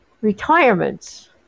retirements